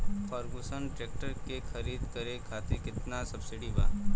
Ferguson tractor के खरीद करे खातिर केतना सब्सिडी बा?